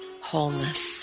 wholeness